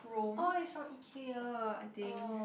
oh is from Ikea I think